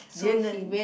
do you know